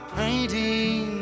painting